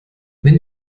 wenn